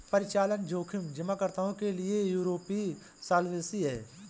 परिचालन जोखिम बीमाकर्ताओं के लिए यूरोपीय सॉल्वेंसी है